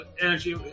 energy